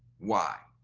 why?